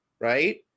Right